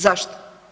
Zašto?